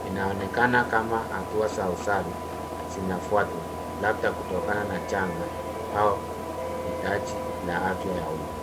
bInaonekana kama hatua za usafi zinafuatwa labda kutokana na janga au hitaji la afya ya umma.